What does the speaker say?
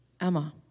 Emma